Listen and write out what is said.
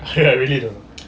I really don't know